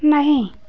नहीं